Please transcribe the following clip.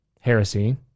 heresy